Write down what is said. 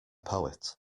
poet